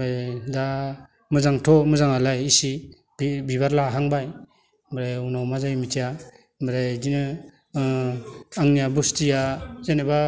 ओमफाय दा मोजांथ' मोजांआलाय एसे बिबार लाहांबाय ओमफ्राय उनाव मा जायो मिथिया ओमफ्राय इदिनो ओ आंनिया बुस्थिया जेनेबा